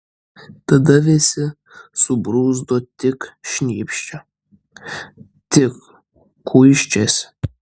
tada visi subruzdo tik šnypščia tik kuičiasi